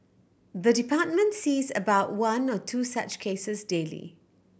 the department sees about one or two such cases daily